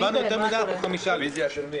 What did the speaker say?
הצבעה אושרו.